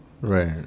Right